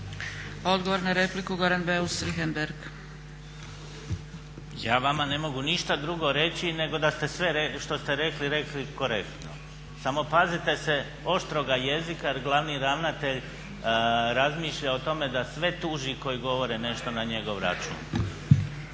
Richembergh, Goran (HNS)** Ja vama ne mogu ništa drugo reći nego da ste sve što ste rekli korektno samo pazite se oštroga jezika jer glavni ravnatelj razmišlja o tome da sve tuži koji govore nešto na njegov račun.